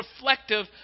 reflective